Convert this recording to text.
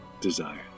desire